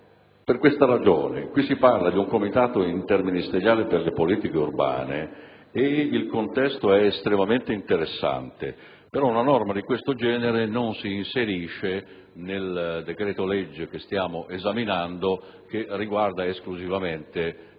(testo 2). Infatti, si parla di un Comitato interministeriale per le politiche urbane: il contesto è estremamente interessante, ma una norma di questo genere non si inserisce nel decreto-legge in esame, che riguarda esclusivamente i